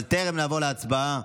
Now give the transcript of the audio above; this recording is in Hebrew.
אבל טרם נעבור להצבעה,